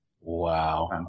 Wow